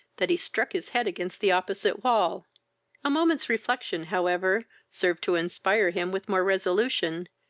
that he struck his head against the opposite wall a moment's reflection, however, served to inspire him with more resolution,